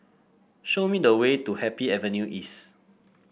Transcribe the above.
show me the way to Happy Avenue East